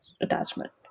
attachment